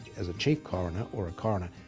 as a chief coroner, or a coroner,